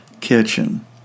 kitchen